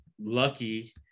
lucky